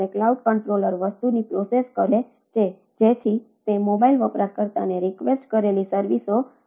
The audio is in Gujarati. ક્લાઉડ કંટ્રોલર વસ્તુની પ્રોસેસ કરે છે જેથી તે મોબાઇલ વપરાશકર્તાને રિકવેસ્ટ કરેલી સર્વિસો આપી શકે